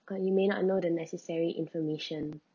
but you may not know the necessary information